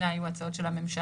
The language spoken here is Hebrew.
אלה היו ההצעות של הממשלה,